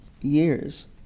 years